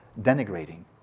denigrating